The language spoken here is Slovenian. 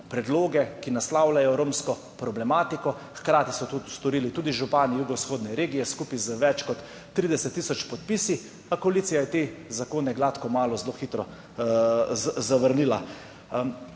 predloge, ki naslavljajo romsko problematiko. Hkrati so to storili tudi župani jugovzhodne regije skupaj z več kot 30 tisoč podpisi. A koalicija je te zakone gladko malo zelo hitro zavrnila.